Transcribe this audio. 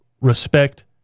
respect